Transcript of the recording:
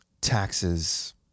taxes